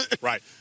Right